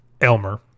Elmer